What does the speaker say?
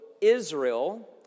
Israel